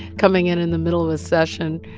coming in in the middle of a session,